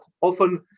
often